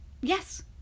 Yes